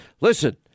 listen